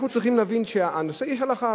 אנחנו צריכים להבין שבנושא יש הלכה,